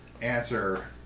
answer